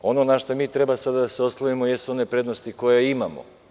Ono na šta mi treba sada da se oslonimo jesu one prednosti koje imamo.